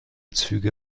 züge